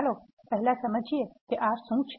ચાલો પહેલા સમજવી કે R શુ છે